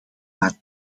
maar